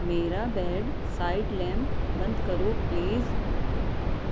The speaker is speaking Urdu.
میرا بیڈ سائڈ لیمپ بند کرو پلیز